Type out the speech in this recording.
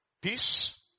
Peace